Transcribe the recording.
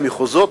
מהמחוזות.